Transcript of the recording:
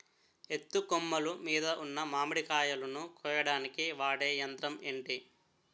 ఎత్తు కొమ్మలు మీద ఉన్న మామిడికాయలును కోయడానికి వాడే యంత్రం ఎంటి?